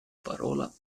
parola